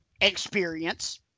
Experience